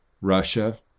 Russia